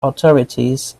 authorities